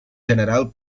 general